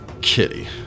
kitty